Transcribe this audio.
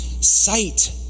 Sight